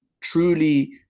truly